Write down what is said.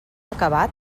acabat